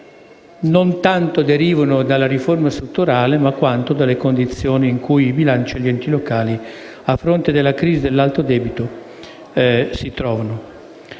derivano tanto dalla riforma strutturale, quanto dalle condizioni in cui i bilanci degli enti locali, a causa della crisi e dell'alto debito, si trovano.